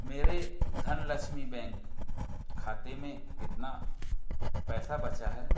मेरे धनलक्ष्मी बैंक खाते में कितना पैसा बचा है